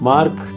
Mark